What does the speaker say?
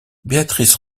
beatrice